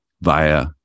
via